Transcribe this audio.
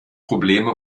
probleme